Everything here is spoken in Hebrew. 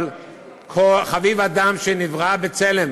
אבל "חביב אדם שנברא בצלם".